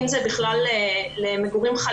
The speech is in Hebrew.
בין אם זה למגורים חליפיים.